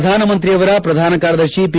ಪ್ರಧಾನಮಂತ್ರಿಯವರ ಪ್ರಧಾನ ಕಾರ್ಯದರ್ಶಿ ಪಿ